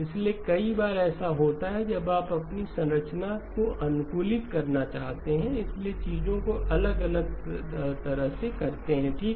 इइसलिए कई बार ऐसा होता है जब आप अपनी संरचना को अनुकूलित करना चाहते हैं और इसलिए चीजों को अलग तरह से करते हैं ठीक